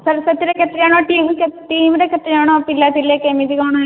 sir ସେଥିରେ କେତେଜଣ team team ରେ କେତେଜଣ ପିଲା ଥିଲେ କେମିତି କ'ଣ